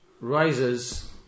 rises